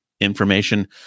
information